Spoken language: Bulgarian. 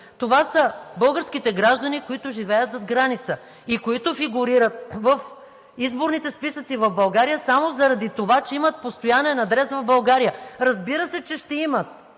това са българските граждани, които живеят зад граница и които фигурират в изборните списъци в България само заради това, че имат постоянен адрес в България. Разбира се, че ще имат.